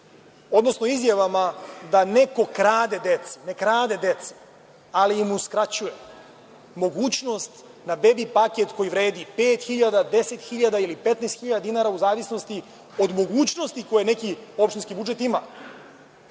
odnosno izjavama da neko krade deci. Ne krade deci, ali im uskraćuje mogućnost na bebi paket koji vredi pet, 10 ili 15 hiljada dinara, u zavisnosti od mogućnosti koje neki opštinski budžet ima.